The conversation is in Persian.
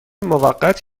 موقت